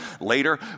later